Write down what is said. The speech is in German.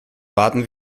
warten